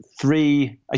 Three